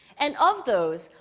and of those,